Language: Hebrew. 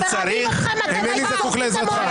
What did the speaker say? שקט קצת.